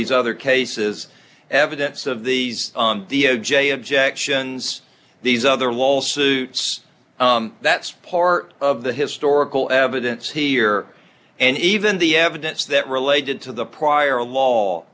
these other cases evidence of these on the o j objections these other wall suits that's part of the historical evidence here and even the evidence that related to the prior